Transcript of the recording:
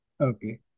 Okay